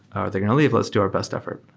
are they going to leave? let's do our best effort.